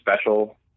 special